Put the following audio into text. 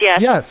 yes